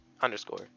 Underscore